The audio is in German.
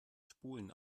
spulen